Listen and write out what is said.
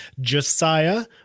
Josiah